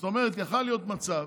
זאת אומרת, יכול היה להיות מצב